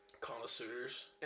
connoisseurs